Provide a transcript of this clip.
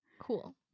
Cool